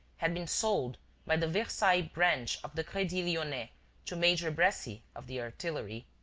had been sold by the versailles branch of the credit lyonnais to major bressy of the artillery.